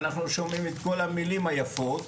ואנחנו שומעים את כל המילים היפות,